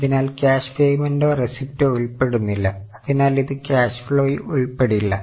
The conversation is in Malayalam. അതിനാൽ ക്യാഷ് പെയ്മെന്റോ റെസിപ്റ്റോ ഉൾപ്പെടുന്നില്ല അതിനാൽ ഇത് ക്യാഷ് ഫ്ലോയിൽ ഉൾപ്പെടില്ല